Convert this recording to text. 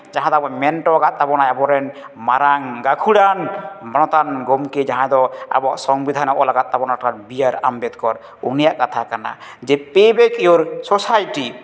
ᱡᱟᱦᱟᱸ ᱫᱚ ᱟᱵᱚᱭ ᱢᱮᱱ ᱦᱚᱴᱚ ᱟᱠᱟᱫ ᱛᱟᱵᱚᱱᱟᱭ ᱟᱵᱚᱨᱮᱱ ᱢᱟᱨᱟᱝ ᱜᱟᱹᱠᱷᱩᱲᱟᱱ ᱢᱟᱱᱚᱛᱟᱱ ᱜᱚᱢᱠᱮ ᱡᱟᱦᱟᱸᱭ ᱫᱚ ᱟᱵᱚᱱᱟᱜ ᱥᱚᱝᱵᱤᱫᱷᱟᱱᱮ ᱚᱞ ᱟᱠᱟᱫ ᱛᱟᱵᱚᱱᱟ ᱰᱚᱠᱴᱚᱨ ᱵᱤ ᱟᱨ ᱟᱢᱵᱮᱫᱠᱚᱨ ᱩᱱᱤᱭᱟᱜ ᱠᱟᱛᱷᱟ ᱠᱟᱱᱟ ᱡᱮ ᱯᱮ ᱵᱮᱠ ᱤᱭᱳᱨ ᱥᱳᱥᱟᱭᱤ